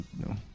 No